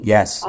Yes